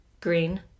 Green